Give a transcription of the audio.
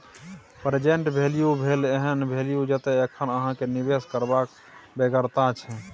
present value भेल एहन value जतय एखन अहाँ केँ निबेश करबाक बेगरता छै